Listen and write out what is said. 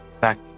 back